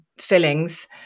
fillings